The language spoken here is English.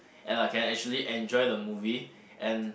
and I can actually enjoy the movie and